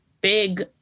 big